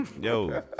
Yo